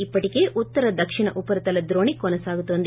ఇప్పటికే ఉత్తర దక్షిణ ఉపరితల ద్రోణి కొనసాగుతోంది